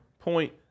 point